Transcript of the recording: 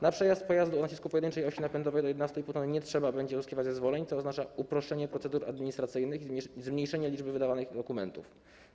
Na przejazd pojazdu o nacisku pojedynczej osi napędowej do 11,5 t nie trzeba będzie uzyskiwać zezwoleń, co oznacza uproszczenie procedur administracyjnych i zmniejszenie liczby wydawanych dokumentów.